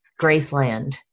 Graceland